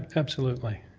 absolutely.